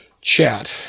chat